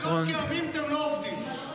אתם לא עובדים לילות כימים.